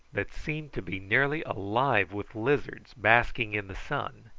that seemed to be nearly alive with lizards basking in the sun,